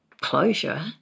closure